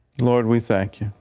lord we thank you,